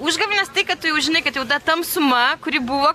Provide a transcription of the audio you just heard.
užgavėnės tai kad tu jau žinai kad jau ta tamsuma kuri buvo